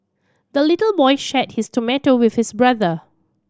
the little boy shared his tomato with his brother